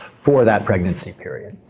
for that pregnancy period.